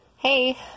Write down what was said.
hey